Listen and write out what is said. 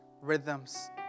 rhythms